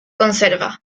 conserva